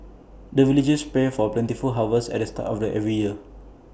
the villagers pray for plentiful harvest at the start of the every year